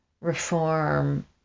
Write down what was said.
reform